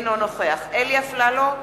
אינו נוכח אלי אפללו,